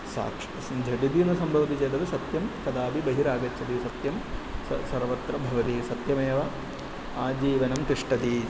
साक्ष स् झटिति न सम्भवति चेदपि सत्यं कदापि बहिरागच्छति सत्यं स सर्वत्र भवति सत्यमेव आजीवनं तिष्ठतीति